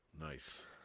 Nice